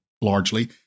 largely